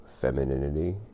femininity